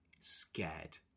scared